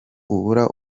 ubura